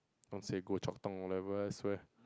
I'll say Goh-Chok-Tong or whatever I swear